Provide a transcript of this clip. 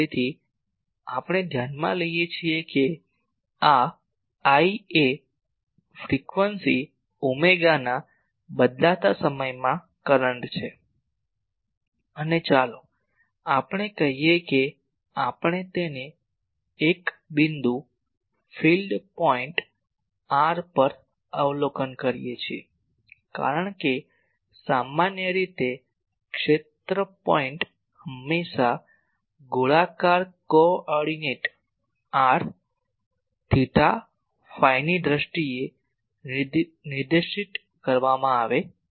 તેથી આપણે ધ્યાનમાં લઈએ છીએ કે આ I એ ફ્રિકવન્સી ઓમેગાના બદલાતા સમયમાં કરંટ છે અને ચાલો આપણે કહીએ કે આપણે તેને એક બિંદુ ફીલ્ડ પોઇન્ટ r પર અવલોકન કરીએ છીએ એટલે કે સામાન્ય રીતે ક્ષેત્ર પોઇન્ટ હંમેશાં ગોળાકાર કો ઓર્ડીનેટ r થેટા ફાઈની દ્રષ્ટિએ નિર્દિષ્ટ કરવામાં આવે છે